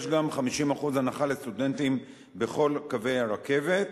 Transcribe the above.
יש גם 50% הנחה לסטודנטים בכל קווי הרכבת.